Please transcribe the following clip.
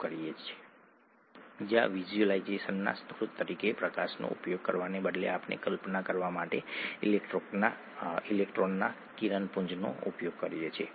આપણે જાણીએ છીએ કે એડેનાઇન થાઇમાઇન અને ગુઆનિન સાથે સાયટોસિન સાથે જોડાય છે